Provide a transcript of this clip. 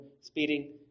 speeding